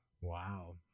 Wow